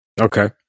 okay